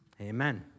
Amen